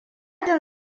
jin